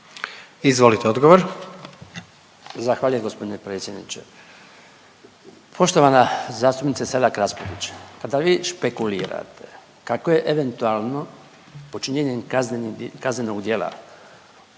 Branko (HDZ)** Zahvaljujem g. predsjedniče. Poštovana zastupnice Selak Raspudić, kada vi špekulirate kako je eventualno počinjenje kaznenog djela